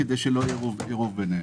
כדי שלא יהיה עירוב ביניהם.